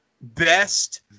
Best